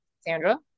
Sandra